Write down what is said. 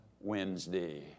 Wednesday